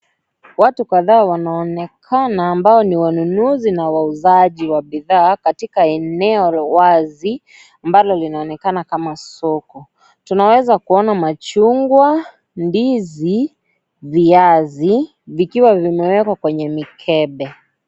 Watu kadhaa wanaonekana ambao ni wanunuzi na wauzaji wa bidhaa katika eneo wazi ambao linaonekana kama soko, tunaweza kuona machungwa, ndizi, viazi vikiwa vimewekwa kwenye mikebe.